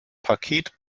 paket